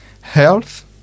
health